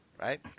right